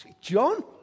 John